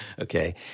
okay